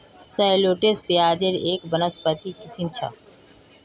shallots प्याज़ेर एक वानस्पतिक किस्म छ